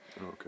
Okay